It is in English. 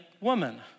woman